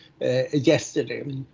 yesterday